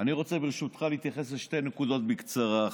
אני רוצה, ברשותך, להתייחס לשתי נקודות בקצרה.